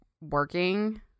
working